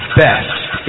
best